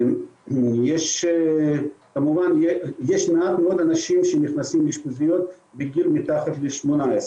יש מעט מאוד אנשים שנכנסים לאשפוזיות מתחת לגיל 18,